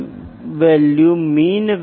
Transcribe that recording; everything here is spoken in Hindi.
और अंतिम एक माप का एक्सपेरिमेंटल मेथड है